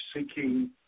seeking